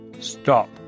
Stop